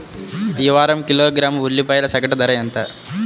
ఈ వారం కిలోగ్రాము ఉల్లిపాయల సగటు ధర ఎంత?